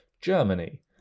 Germany